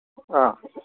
ꯑꯥ